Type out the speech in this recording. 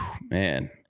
man